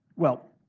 well,